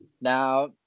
Now